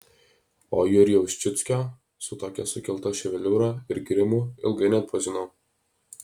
o jurijaus ščiuckio su tokia sukelta ševeliūra ir grimu ilgai neatpažinau